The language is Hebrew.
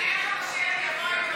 שאלתי איך המשיח יבוא אם,